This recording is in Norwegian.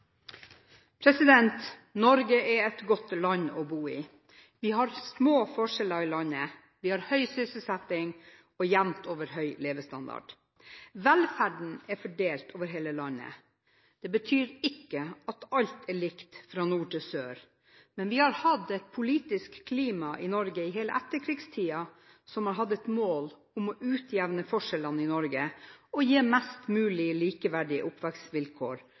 innstillinga. Norge er et godt land å bo i. Vi har små forskjeller i landet, vi har høy sysselsetting og jevnt over høy levestandard. Velferden er fordelt over hele landet. Det betyr ikke at alt er likt fra nord til sør, men vi har hatt et politisk klima i Norge i hele etterkrigstiden som har hatt et mål om å utjevne forskjellene i Norge og gi mest mulig likeverdige